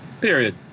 Period